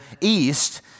East